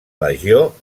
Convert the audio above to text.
legió